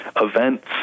events